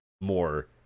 more